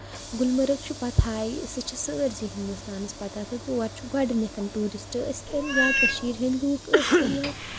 گُلمَرٕگ چھُ پَتہٕ ہے سُہ چھِ سٲرسی ہِندُستانَس پَتہٕ تہٕ تور چھُ گۄڈٕنیتھ ٹوٗرِسٹ ٲسۍ تن یا کٔشیٖر ہندۍ لوٗکھ ٲسۍ تن یا